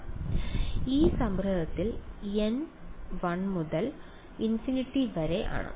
വിദ്യാർത്ഥി അതിനാൽ ഈ സംഗ്രഹത്തിൽ n 1 മുതൽ ഇൻഫിനിറ്റി വരെ ആണ്